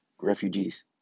refugees